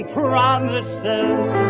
promises